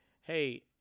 hey